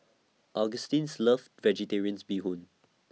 Augustine's loves vegetarians Bee Hoon